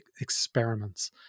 experiments